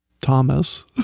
Thomas